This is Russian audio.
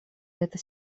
эта